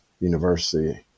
University